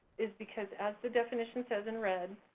is because as the definition says in red,